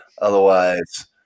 Otherwise